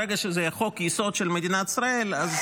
ברגע שזה חוק-יסוד של מדינת ישראל אז